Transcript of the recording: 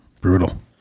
Brutal